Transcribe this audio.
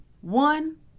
one